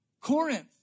Corinth